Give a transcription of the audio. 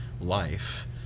life